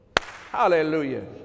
hallelujah